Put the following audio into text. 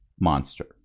Monster